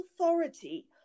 authority